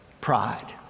pride